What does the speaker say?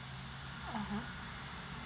(uh huh)